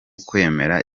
kwemera